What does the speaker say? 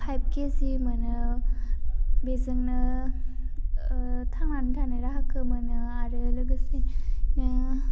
five केजि मोनो बेजोंनो थांनानै थानो राहाखौ मोनो आरो लोगोसेनो